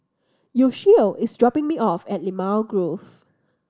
Yoshio is dropping me off at Limau Grove